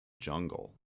jungle